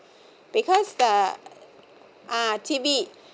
because uh ah T_V